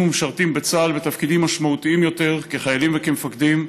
ומשרתים בצה"ל בתפקידים משמעותיים יותר כחיילים וכמפקדים,